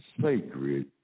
sacred